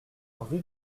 rue